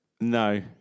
No